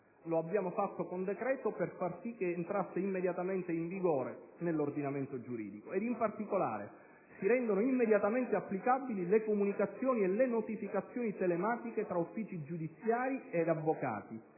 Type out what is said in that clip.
Lo abbiamo fatto con decreto-legge per far sì che entrasse immediatamente in vigore nell'ordinamento giuridico. In particolare, si rendono immediatamente applicabili le comunicazioni e le notificazioni telematiche tra uffici giudiziari e avvocati